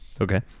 okay